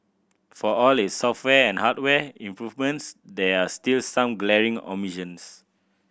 for all its software and hardware improvements there are still some glaring omissions